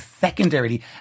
secondarily